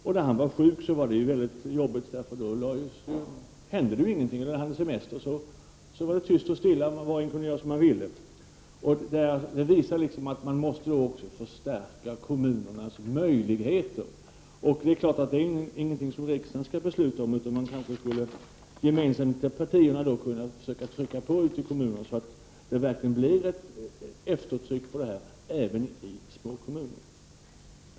Men när han var sjuk var det jobbigt, för då hände ingenting. När han hade semester var det tyst och stilla och var och en kunde göra som han ville. Detta visar att man måste förstärka kommunernas möjligheter. Det är klart att riksdagen inte skall besluta om det, utan man kanske gemensamt från partierna skall försöka trycka på ute i kommunerna så att det verkligen blir ett eftertryck även i små kommuner.